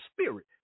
Spirit